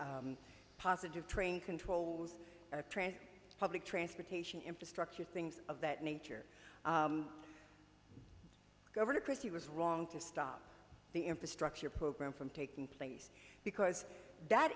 d positive train control as a transit public transportation infrastructure things of that nature governor christie was wrong to stop the infrastructure program from taking place because that